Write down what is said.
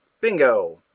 Bingo